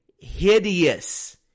hideous